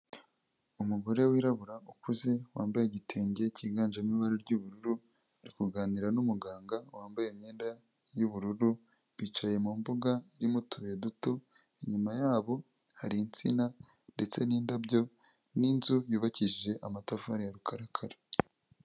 umugore wirabura ukuze wambaye igitenge cyiganjemo ibara ry'ubururu, ari kuganira n'umuganga wambaye imyenda y'ubururu bicaye mu mbuga irimo utubuye duto, inyuma yabo hari insina ndetse n'indabyo n'inzu yubakishije amatafari ya rukarakara.